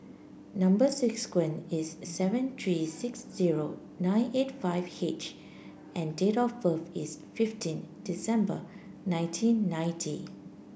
number is seven three six zero nine eight five H and date of birth is fifteen December nineteen ninety